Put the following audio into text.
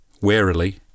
warily